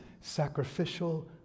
sacrificial